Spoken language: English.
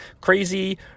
crazy